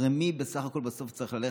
ראש ממשלה מהימין אומר להם: